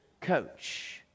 coach